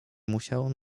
musiałem